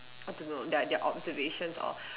I don't know their their observations or